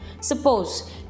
Suppose